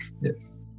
Yes